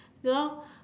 ya lor